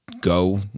go